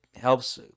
helps